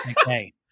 Okay